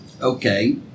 Okay